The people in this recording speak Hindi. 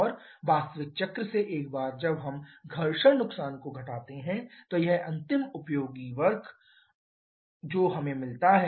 और वास्तविक चक्र से एक बार जब हम घर्षण नुकसान को घटाते हैं तो यह अंतिम उपयोगी कार्य है जो हमें मिलता है